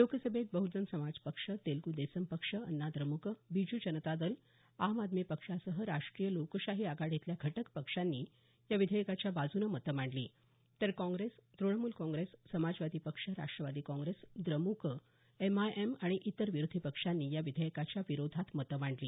लोकसभेत बहुजन समाज पक्ष तेलगु देसम पक्ष अण्णाद्र्मुक बिजू जनता दल आम आदमी पक्षासह राष्ट्रीय लोकशाही आघाडीतल्या घटक पक्षांनी या विधेयकाच्या बाजूने मत मांडली तर काँग्रेस तृणमूल काँग्रेस समाजवादी पक्ष राष्ट्रवादी काँग्रेस द्रमुक एमआयएम आणि इतर विरोधी पक्षांनी या विधेयकाच्या विरोधात मतं मांडली